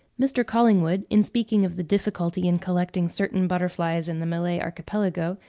mr. collingwood in speaking of the difficulty in collecting certain butterflies in the malay archipelago,